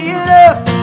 enough